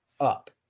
up